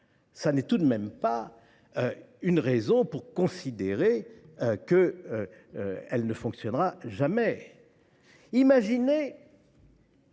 vie n’est tout de même pas une raison pour considérer qu’il ne fonctionnera jamais. Imaginer